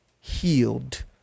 healed